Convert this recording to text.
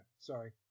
sorry